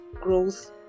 growth